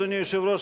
אדוני היושב-ראש,